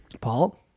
Paul